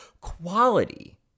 quality